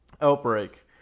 Outbreak